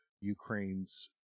Ukraine's